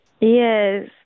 yes